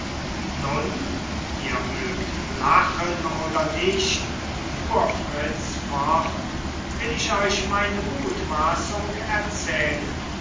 nun ihr mögt lachen oder nicht fuhr fritz fort will ich euch meine mutmaßung erzählen